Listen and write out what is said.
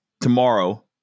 tomorrow